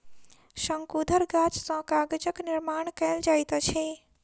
शंकुधर गाछ सॅ कागजक निर्माण कयल जाइत अछि